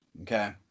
okay